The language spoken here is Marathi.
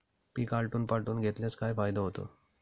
पीक आलटून पालटून घेतल्यास काय फायदा होतो?